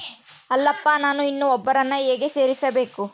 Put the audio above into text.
ಅಲ್ಲಪ್ಪ ನಾನು ಇನ್ನೂ ಒಬ್ಬರನ್ನ ಹೇಗೆ ಸೇರಿಸಬೇಕು?